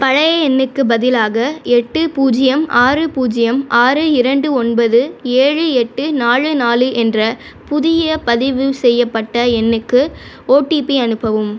பழைய எண்ணுக்குப் பதிலாக எட்டு பூஜ்ஜியம் ஆறு பூஜ்ஜியம் ஆறு இரண்டு ஒன்பது ஏழு எட்டு நாலு நாலு என்ற புதிய பதிவுசெய்யப்பட்ட எண்ணுக்கு ஒடிபி அனுப்பவும்